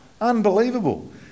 unbelievable